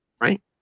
right